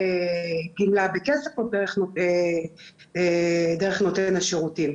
דרך נותן השירותים.